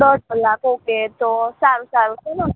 દસ કલાક ઓકે તો સારું સારું ચાલો